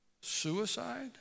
suicide